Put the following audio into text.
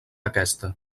aquesta